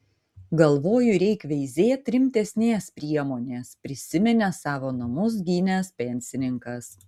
galvoju reik veizėt rimtesnės priemonės prisiminė savo namus gynęs pensininkas